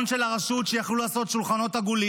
רשות אחרת משוכללת, בביטחון לאומי.